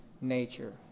nature